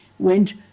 went